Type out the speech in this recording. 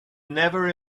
never